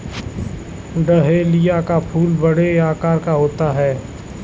dahlia का फूल बड़े आकार का होता है